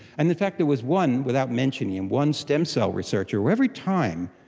and in fact there was one, without mentioning him, one stem cell researcher who every time,